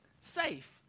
safe